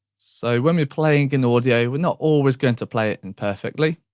so when we're playing in audio we're not always going to play it in perfectly.